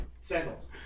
Sandals